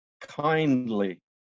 kindly